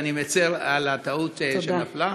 ואני מצר על הטעות שנפלה.